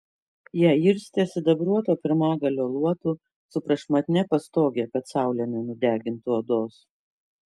ją irstė sidabruoto pirmagalio luotu su prašmatnia pastoge kad saulė nenudegintų odos